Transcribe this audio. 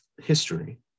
history